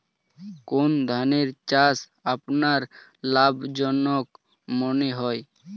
কোন ধানের চাষ আপনার লাভজনক মনে হয়?